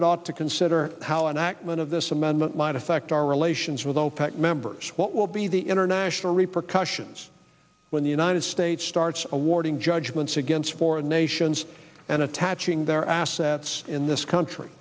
senate ought to consider how an act when of this amendment might affect our relations with opec members what will be the international repercussions when the united states starts awarding judgments against foreign nations and attaching their assets in this country